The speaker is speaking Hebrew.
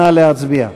נא להצביע.